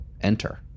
enter